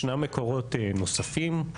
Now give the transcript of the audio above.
ישנם מקורות נוספים.